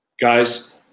Guys